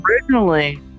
originally